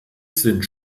sind